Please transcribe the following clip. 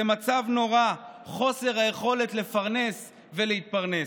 זה מצב נורא, חוסר היכולת לפרנס ולהתפרנס.